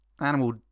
Animal